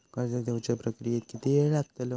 कर्ज देवच्या प्रक्रियेत किती येळ लागतलो?